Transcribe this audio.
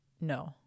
No